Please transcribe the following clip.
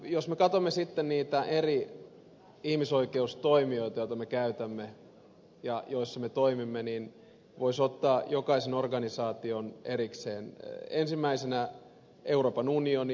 jos me katsomme sitten niitä eri ihmisoikeustoimijoita joita me käytämme ja joissa me toimimme niin voisi ottaa jokaisen organisaation erikseen ensimmäisenä euroopan unionin